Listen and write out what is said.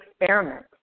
experiment